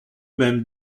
mêmes